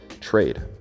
trade